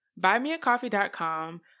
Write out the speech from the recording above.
BuyMeACoffee.com